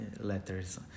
letters